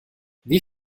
wie